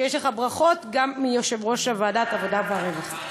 יש לך ברכות גם מיושב-ראש ועדת העבודה והרווחה.